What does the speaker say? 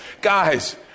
Guys